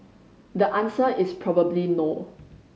the answer is probably no